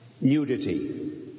Nudity